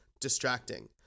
distracting